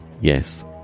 yes